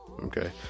Okay